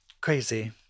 crazy